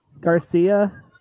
Garcia